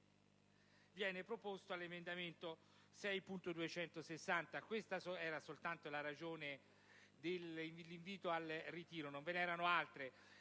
viene proposto all'emendamento 6.260. Soltanto questa è la ragione dell'invito al ritiro; non ve ne sono altre.